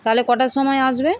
তাহলে কটার সময় আসবে